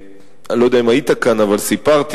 אני לא יודע אם היית כאן, אבל סיפרתי